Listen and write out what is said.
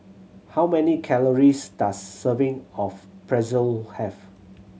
how many calories does serving of Pretzel have